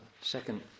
second